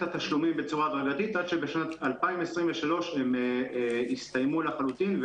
התשלומים בצורה הדרגתית עד שבשנת 2023 הם יסתיימו לחלוטין,